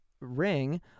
Ring